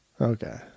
okay